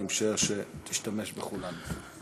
אני משער שתשתמש בכולן.